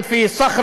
/ אני דומה לסוהיל.